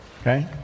okay